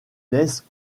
laissent